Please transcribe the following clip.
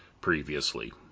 previously